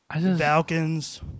Falcons